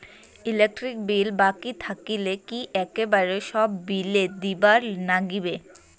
Electric bill বাকি থাকিলে কি একেবারে সব বিলে দিবার নাগিবে?